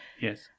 yes